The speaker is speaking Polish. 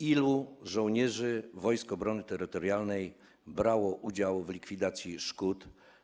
Ilu żołnierzy Wojsk Obrony Terytorialnej brało udział w likwidacji szkód?